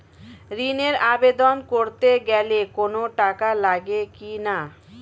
ঋণের আবেদন করতে গেলে কোন টাকা লাগে কিনা?